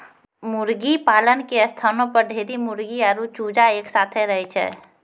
मुर्गीपालन के स्थानो पर ढेरी मुर्गी आरु चूजा एक साथै रहै छै